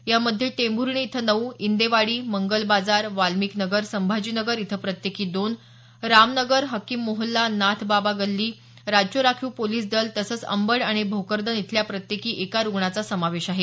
यामध्ये टेंभूर्णी इथं नऊ इंदेवाडी मंगल बाजार वाल्मिक नगर संभाजीनगर इथं प्रत्येकी दोन रामनगर हकिम मोहल्ला नाथ बाबा गल्ली राज्य राखीव पोलिस दल तसंच अंबड आणि भोकरदन इथल्या प्रत्येकी एका रुग्णांचा समावेश आहे